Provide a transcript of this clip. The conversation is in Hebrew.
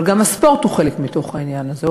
אבל גם הספורט הוא חלק מתוך העניין הזה,